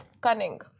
Cunning